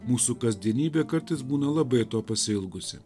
mūsų kasdienybė kartais būna labai to pasiilgusi